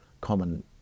common